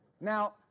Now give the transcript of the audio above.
now